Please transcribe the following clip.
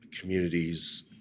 communities